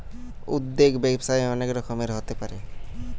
উদ্যোগ ব্যবসায়ে অনেক রকমের হতে পারে